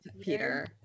Peter